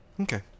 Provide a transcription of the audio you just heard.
Okay